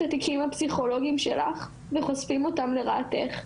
התיקים הפסיכולוגים שלך וחושפים אותם לרעתך.